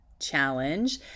challenge